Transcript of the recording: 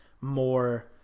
more